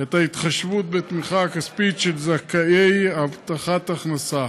את ההתחשבות בתמיכה הכספית של זכאי הבטחת הכנסה.